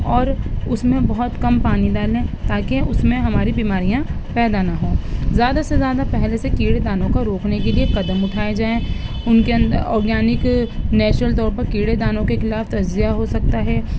اور اس میں بہت کم پانی ڈالیں تاکہ اس میں ہماری بیماریاں پیدا نہ ہوں زیادہ سے زیادہ پہلے سے کیڑے دانوں کو روکنے کے لیے قدم اٹھائے جائیں ان کے اندر آرگینک نیچرل طور پر کیڑے دانوں کے خلاف تجزیہ ہو سکتا ہے